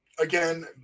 Again